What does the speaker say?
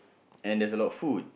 and there's a lot food